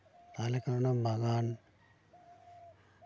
ᱛᱟᱦᱞᱮ ᱠᱷᱟᱱ ᱚᱱᱟ ᱵᱟᱜᱟᱱ